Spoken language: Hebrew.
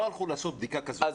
לא הלכו לעשות בדיקה כזאת פשוטה.